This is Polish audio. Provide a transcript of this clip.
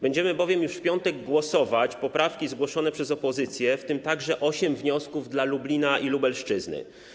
Będziemy bowiem już w piątek głosować nad poprawkami zgłoszonymi przez opozycję, w tym także nad ośmioma wnioskami dla Lublina i Lubelszczyzny.